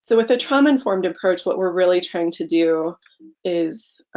so with the trauma-informed approach what we're really trying to do is